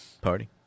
Party